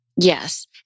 Yes